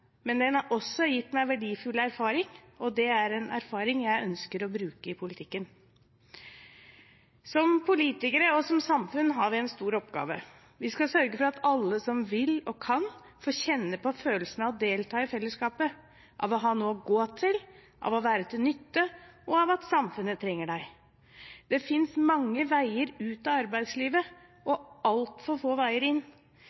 Men det har også gitt meg verdifull erfaring, og det er en erfaring jeg ønsker å bruke i politikken. Som politikere og som samfunn har vi en stor oppgave. Vi skal sørge for at alle som vil og kan, får kjenne på følelsen av å delta i fellesskapet, av å ha noe å gå til, av å være til nytte og av at samfunnet trenger deg. Det finnes mange veier ut av arbeidslivet og altfor få veier inn.